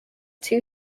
two